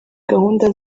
gahunda